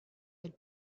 had